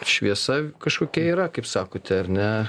šviesa kažkokia yra kaip sakote ar ne